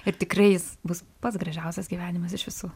ir tikrai jis bus pats gražiausias gyvenimas iš visų